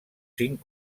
cinc